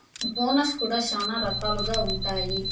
bonus కూడా శ్యానా రకాలుగా ఉంటాయి